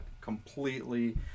completely